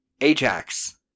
Ajax